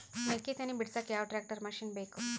ಮೆಕ್ಕಿ ತನಿ ಬಿಡಸಕ್ ಯಾವ ಟ್ರ್ಯಾಕ್ಟರ್ ಮಶಿನ ಬೇಕು?